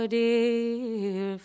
dear